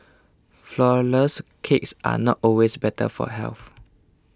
Flourless Cakes are not always better for health